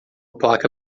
placa